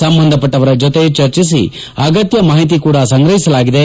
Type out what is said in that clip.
ಸಂಬಂಧಪಟ್ಟವರ ಜೊತೆ ಚರ್ಚಿಸಿ ಅಗತ್ಯ ಮಾಹಿತಿ ಕೂಡ ಸಂಗ್ರಹಿಸಲಾಗಿದೆ